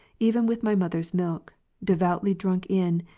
even with my mother's milk devo itly drunk in,